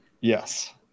Yes